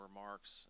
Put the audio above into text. remarks